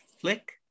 Flick